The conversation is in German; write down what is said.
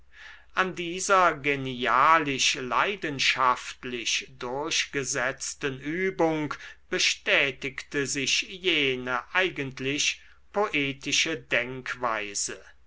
an dieser genialisch leidenschaftlich durchgesetzten übung bestätigte sich jene eigentlich poetische denkweise